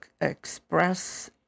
express